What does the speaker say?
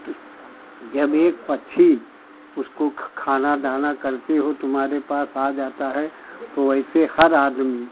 तो जब एक पक्षी उसको खाना दाना करते हो तुम्हारे पास आ जाता है तो वैसे हर आदमी